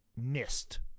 missed